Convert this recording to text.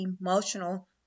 emotional